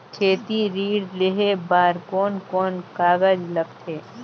खेती ऋण लेहे बार कोन कोन कागज लगथे?